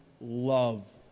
love